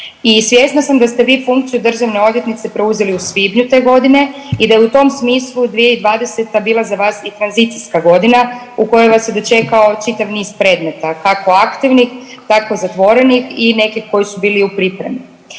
i svjesna sam da ste vi funkciju državne odvjetnice preuzeli u svibnju te godine i da u tom smislu 2020. bila za vas i tranzicijska godina u kojoj vas je dočekao čitav niz predmeta kako aktivnih tako zatvorenih i neki koji su bili u pripremi.